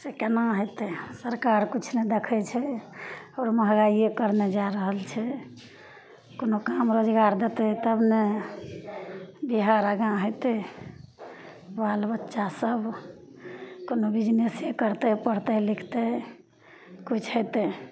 से कोना हेतै सरकार किछु नहि देखै छै आओर महगाइए करने जा रहल छै कोनो काम रोजगार देतै तब ने बिहार आगाँ हेतै बाल बच्चासभ कोनो बिजनेसे करतै पढ़तै लिखतै किछु हेतै